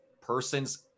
persons